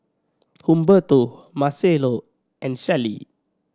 Humberto Marcelo and Shelli